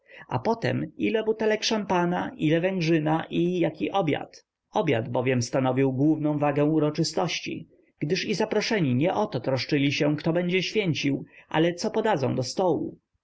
a potem ile butelek szampana ile węgrzyna i jaki objad objad bowiem stanowił główną wagę uroczystości gdyż i zaproszeni nie o to troszczyli się kto będzie święcił ale co podadzą do stołu